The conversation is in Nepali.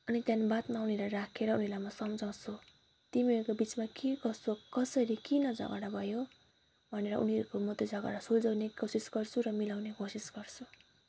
अनि त्यहाँदेखि बादमा उनीहरूलाई राखेर उनीहरूलाई म सम्झाउँछु तिमीहरूको बिचमा के कसो कसरी किन झगडा भयो भनेर उनीहरूको म त्यो झगडा सुल्झाउने कोसिस गर्छु र मिलाउने कोसिस गर्छु